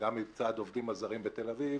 וגם מצד עובדים הזרים בתל אביב,